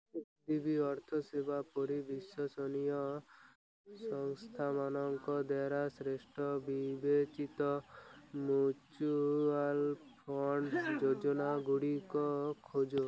H D B ଅର୍ଥ ସେବା ପରି ବିଶ୍ଵସନୀୟ ସଂସ୍ଥାମାନଙ୍କ ଦ୍ଵାରା ଶ୍ରେଷ୍ଠ ବିବେଚିତ ମ୍ୟୁଚୁଆଲ୍ ଫଣ୍ଡ ଯୋଜନା ଗୁଡ଼ିକ ଖୋଜ